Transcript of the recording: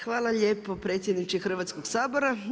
Hvala lijepo predsjedniče Hrvatskoga sabora.